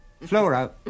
Flora